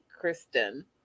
Kristen